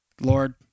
Lord